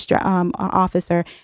officer